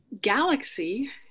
galaxy